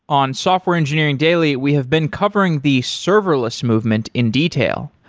on software engineering daily, we have been covering the serverless movement in detail.